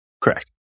Correct